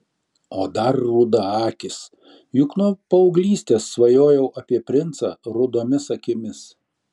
o dar rudaakis juk nuo paauglystės svajojau apie princą rudomis akims